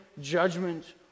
judgment